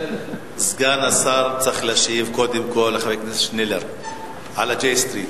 סגן השר צריך להשיב קודם כול לחבר הכנסת שנלר על J Street,